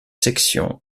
section